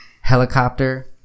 helicopter